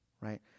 right